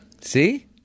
See